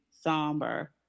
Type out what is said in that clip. somber